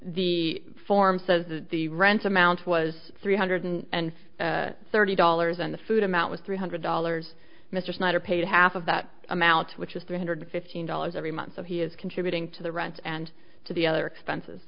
the form says the rent amount was three hundred and thirty dollars and the food amount was three hundred dollars mr snyder paid half of that amount which is three hundred fifteen dollars every month so he is contributing to the rent and to the other expenses